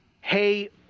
hey